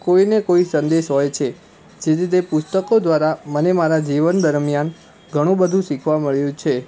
કોઈને કોઈ સંદેશ હોય છે જેથી તે લીધે પુસ્તકો દ્વારા મને મારા જીવન દરમિયાન ઘણું બધું શીખવા મળ્યું છે